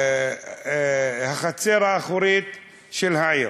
החצר האחורית של העיר.